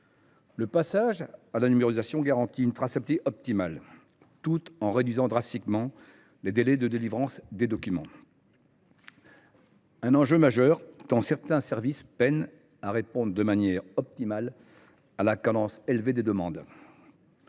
Le passage à la numérisation garantit une traçabilité optimale, tout en réduisant drastiquement les délais de délivrance des documents. C’est un enjeu majeur, tant certains services peinent à répondre de manière optimale à la cadence élevée des demandes.